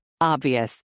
Obvious